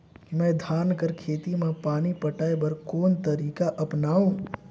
मैं धान कर खेती म पानी पटाय बर कोन तरीका अपनावो?